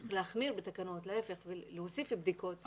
וצריך להחמיר בתקנות ולהוסיף בדיקות.